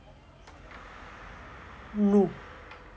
no